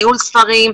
ניהול ספרים,